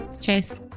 Chase